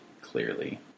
clearly